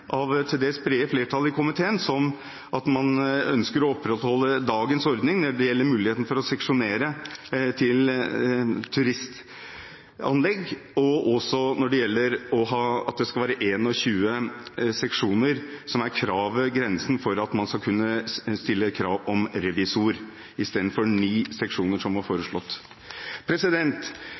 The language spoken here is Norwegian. av til dels brede flertall i komiteen – som at man ønsker å opprettholde dagens ordning når det gjelder muligheten for å seksjonere til turistanlegg, og at 21 seksjoner skal være grensen for å stille krav om revisor, i stedet for 9 seksjoner, som var foreslått.